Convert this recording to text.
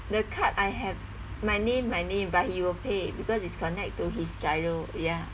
the card I have my name my name but he will pay because it's connect to his GIRO ya